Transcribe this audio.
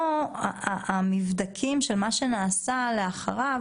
המבדקים של מה שנעשה לאחריו,